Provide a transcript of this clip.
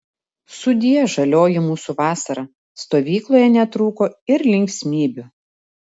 sudie žalioji mūsų vasara stovykloje netrūko ir linksmybių